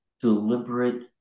deliberate